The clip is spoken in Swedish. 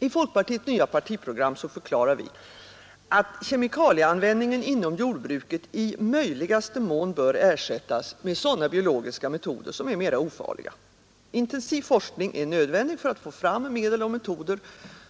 I folkpartiets nya partiprogram förklarar vi att kemikalieanvändningen inom jordbruket i möjligaste mån bör ersättas med sådana biologiska metoder som är mera ofarliga. Intensiv forskning är nödvändig för att få fram medel och metoder